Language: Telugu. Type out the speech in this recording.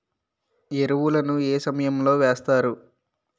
ఎరువుల ను ఏ సమయం లో వేస్తారు?